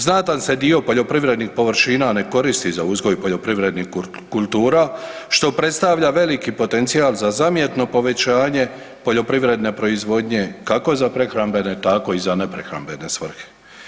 Znatan se dio poljoprivrednih površina ne koristi za uzgoj poljoprivrednih kultura što predstavlja veliki potencijal za zamjetno povećanje poljoprivredne proizvodnje, kako za prehrambene, tako i za neprehrambene svrhe.